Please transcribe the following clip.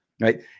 right